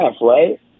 right